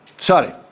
Sorry